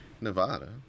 Nevada